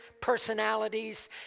personalities